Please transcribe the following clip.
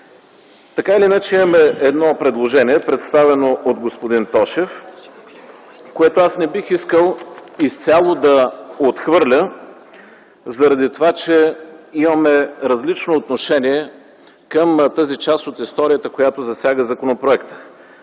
Така или иначе, имаме едно предложение, представено от господин Тошев, което аз не бих искал изцяло да отхвърля заради това, че имаме различно отношение към тази част от историята, която засяга законопроекта.